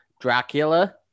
Dracula